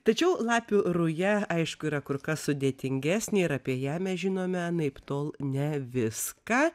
tačiau lapių ruja aišku yra kur kas sudėtingesnė ir apie ją mes žinome anaiptol ne viską